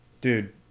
dude